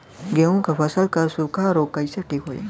गेहूँक फसल क सूखा ऱोग कईसे ठीक होई?